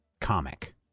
comic